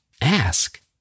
ask